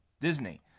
Disney